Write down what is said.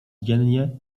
dziennie